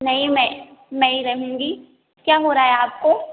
नहीं मैं मैं ही रहूँगी क्या हो रहा है आपको